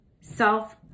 self